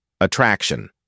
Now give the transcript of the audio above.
Attraction